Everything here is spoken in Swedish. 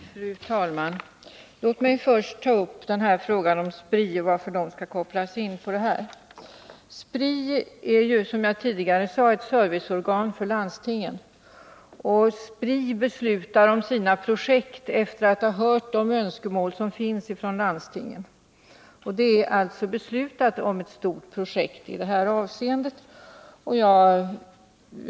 Fru talman! Låt mig först ta upp frågan om Spri, och varför Spri skall kopplas in på det här. Spriär, som jag tidigare sade, ett serviceorgan för landstingen och beslutar om sina projekt efter att ha hört de önskemål som finns från landstingen. Det är alltså beslutat om ett stort projekt i det här avseendet.